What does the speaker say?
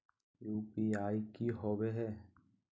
UPI की होवे है?